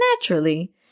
naturally